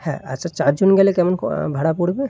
হ্যাঁ আচ্ছা চারজন গেলে কেমন ভাড়া পড়বে